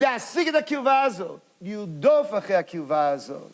להשיג את הקירבה הזאת, לרדוף אחרי הקירבה הזאת.